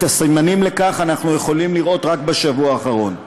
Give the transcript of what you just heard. את הסימנים לכך אנחנו יכולים לראות רק בשבוע האחרון,